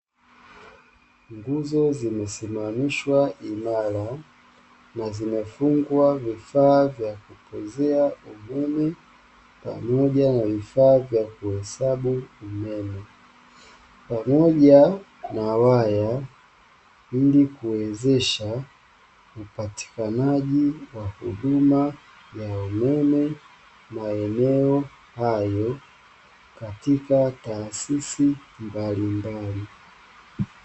Nguzo zimesimamishwa imara, na zimefungwa vifaa vya kupozea umeme, pamoja na vifaa vya kuhesabu umeme, pamoja na waya ili kuwezesha upatikanaji wa huduma ya umeme, maeneo hayo katika taasisi mbalimbali.